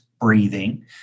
breathing